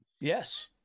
Yes